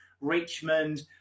Richmond